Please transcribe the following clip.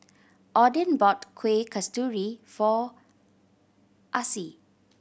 Odin bought Kuih Kasturi for Acie